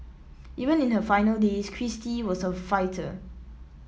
even in her final days Kristie was a fighter